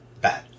bad